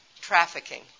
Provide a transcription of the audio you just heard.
trafficking